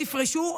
תפרשו,